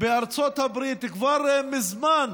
כבר מזמן